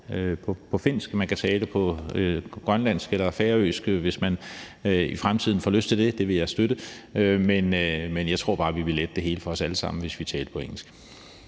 på finsk, og at man kan tale på grønlandsk eller færøsk, hvis man i fremtiden får lyst til det; det vil jeg støtte. Jeg tror bare, vi ville lette det hele for os alle sammen, hvis vi talte på engelsk.